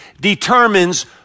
determines